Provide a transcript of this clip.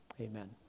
Amen